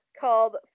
called